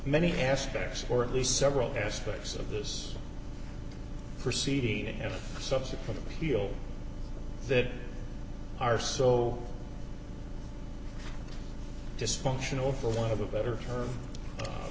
many aspects or at least several aspects of this proceeding and subsequent appeal that are so dysfunctional for want of a better term